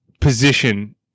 position